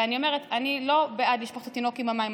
ואני אומרת: אני לא בעד לשפוך את התינוק עם המים,